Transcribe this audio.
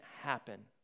happen